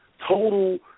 total